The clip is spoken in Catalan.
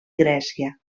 grècia